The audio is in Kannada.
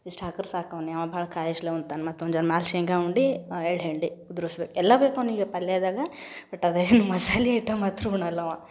ಇಷ್ಟು ಹಾಕರೆ ಸಾಕು ಅವ್ನು ಅವ ಭಾಳ ಅಂತಾನೆ ಮತ್ತು ಒಂದು ಶೇಂಗಾ ಉಂಡೆ ಎಳ್ಳು ಹಿಂಡಿ ಉದ್ರುಸ್ಬೇಕು ಎಲ್ಲ ಬೇಕು ಅವನಿಗೆ ಪಲ್ಯದಾಗ ಬಟ್ ಅದೇ ಮಸಾಲೆ ಐಟಮ್ ಮಾತ್ರ ಉಣ್ಣಲ್ಲವ